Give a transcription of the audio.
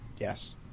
Yes